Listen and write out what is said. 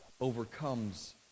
overcomes